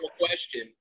question